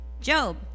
Job